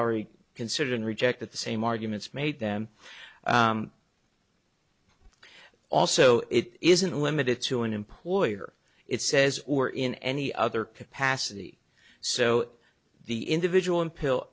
already considered and rejected the same arguments made them also it isn't limited to an employer it says or in any other capacity so the individual in pill